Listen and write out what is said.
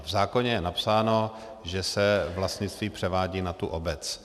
V zákoně je napsáno, že se vlastnictví převádí na tu obec.